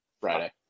Friday